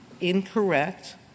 incorrect